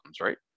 right